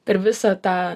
per visą tą